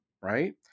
right